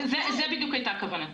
זו בדיוק הייתה כוונתי.